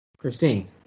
Christine